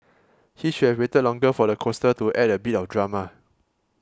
he should have waited longer for the coaster to add a bit of drama